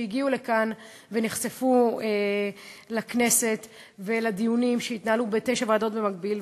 שהגיעו לכאן ונחשפו לכנסת ולדיונים שהתנהלו בתשע ועדות במקביל.